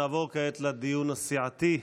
נעבור כעת לדיון הסיעתי.